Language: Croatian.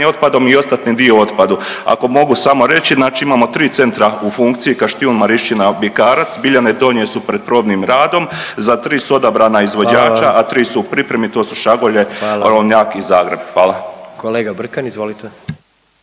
otpadom i ostatni dio u otpadu. Ako mogu samo reći znači imamo 3 centra u funkciji Kaštijun, Marišćina, Bikarac, Biljanje Donje su pred probnim radom. Za 3 su odabrana izvođača …/Upadica: Hvala vam./… a 3 su u pripremi to su Šagulje, …/Upadica: Hvala./… Orlovnjak i Zagreb.